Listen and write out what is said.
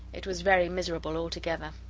it was very miserable altogether.